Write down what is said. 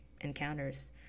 encounters